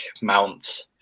Mount